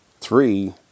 Three